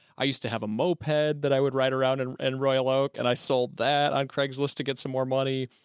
i used to have a moped that i would ride around in and royal oak and i sold that on craigslist to get some more money.